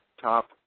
top